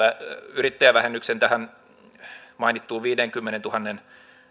yrittäjävähennyksen tähän mainittuun viidenkymmenentuhannen